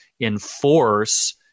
enforce